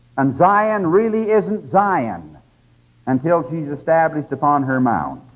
and zion really isn't zion until she is established upon her mount.